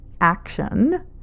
action